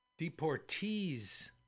deportees